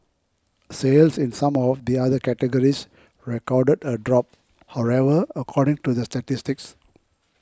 sales in some of the other categories recorded a drop however according to the statistics